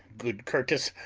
good curtis,